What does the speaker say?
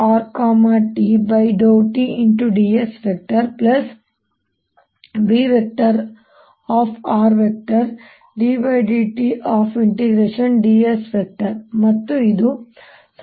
dsBddtds ಮತ್ತು ಇದು ಸಮಯದೊಂದಿಗೆ ಬದಲಾಗಬಹುದು